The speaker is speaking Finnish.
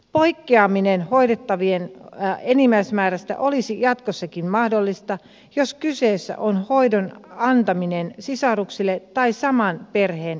poikkeaminen hoidettavien enimmäismäärästä olisi jatkossakin mahdollista jos kyseessä on hoidon antaminen sisaruksille tai saman perheen jäsenille